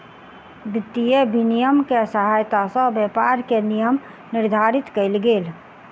वित्तीय विनियम के सहायता सॅ व्यापार के नियम निर्धारित कयल गेल